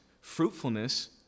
fruitfulness